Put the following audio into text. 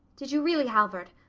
did you really, halvard?